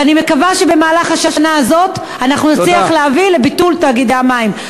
ואני מקווה שבמהלך השנה הזאת אנחנו נצליח להביא לביטול תאגידי המים.